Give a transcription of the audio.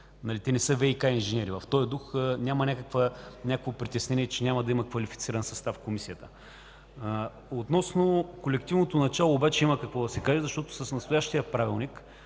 Те не са ВиК инженери. В този дух, няма притеснение, че Комисията няма да има квалифициран състав. Относно колективното начало обаче има какво да се каже, защото с настоящия Правилник